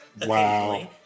Wow